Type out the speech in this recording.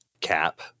cap